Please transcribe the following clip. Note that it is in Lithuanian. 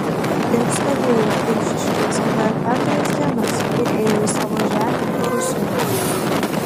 ir stovėjo eišiškėse dar keturias dienas ir ėjo į savo žemę rusioje